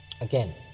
Again